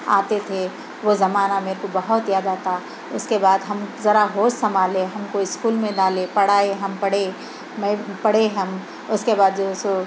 آتے تھے وہ زمانہ میرے کو بہت یاد آتا اُس کے بعد ہم ذرا ہوش سنبھالے ہم کو اسکول میں ڈالے پڑھائے ہم پڑھے میں پڑھے ہم اُس کے بعد جو سو